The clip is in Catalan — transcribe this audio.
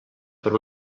per